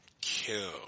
kill